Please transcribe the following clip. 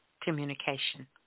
communication